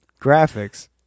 Graphics